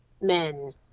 men